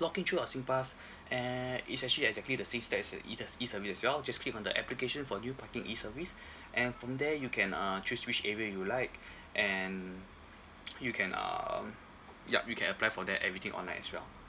log in to your SINGPASS and it's actually exactly the same that is the E th~ E service as well just click on the application for new parking E service and from there you can uh choose which area you'd like and you can um yup you can apply for that everything online as well